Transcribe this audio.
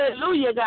Hallelujah